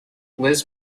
liz